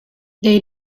they